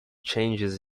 changes